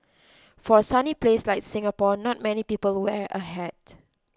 for a sunny place like Singapore not many people wear a hat